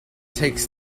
takes